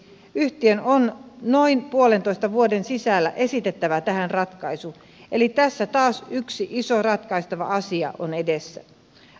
yhtiön on noin puolentoista vuoden sisällä esitettävä tähän ratkaisu eli tässä taas yksi iso ratkaistava asia on edessä